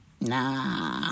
Nah